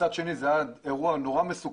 מצד שני, זה היה אירוע מאוד מסוכן,